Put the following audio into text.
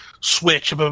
Switch